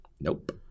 nope